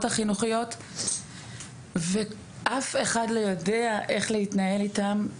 החינוכיות ואף אחד לא יודע איך להתנהל איתם.